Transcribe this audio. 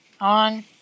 on